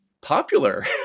popular